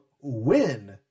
win